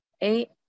eight